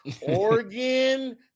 Oregon